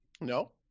No